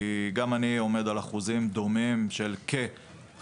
כי גם אני עומד על אחוזים דומים של כ-50%.